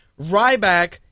Ryback